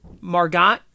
Margot